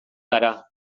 gara